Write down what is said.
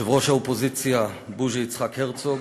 ראש האופוזיציה בוז'י יצחק הרצוג,